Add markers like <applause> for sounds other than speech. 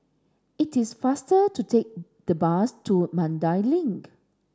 it is faster to take <unintelligible> the bus to Mandai Link